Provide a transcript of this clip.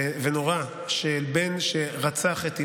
ונורא של בן שרצח את אימו,